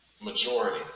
majority